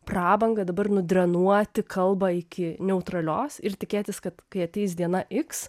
prabangą dabar nudrenuoti kalbą iki neutralios ir tikėtis kad kai ateis diena iks